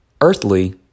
earthly